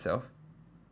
itself